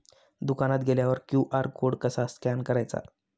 दुकानात गेल्यावर QR code कसा स्कॅन करायचा?